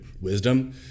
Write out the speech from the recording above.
wisdom